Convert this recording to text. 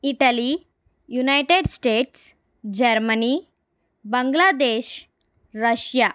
Italy United States Germany Bangladesh Russia